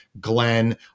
Glenn